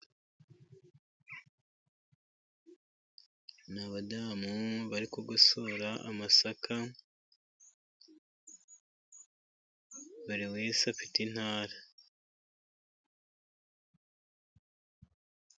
Ni abadamu barikugosora amasaka buri wese afite intara.